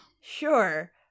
Sure